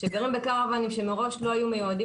שגרים בקרוואנים שמראש לא היו מיועדים